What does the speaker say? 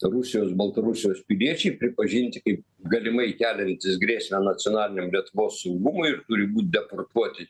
rusijos baltarusijos piliečiai pripažinti kaip galimai keliantis grėsmę nacionaliniam lietuvos saugumui ir turi būt deportuoti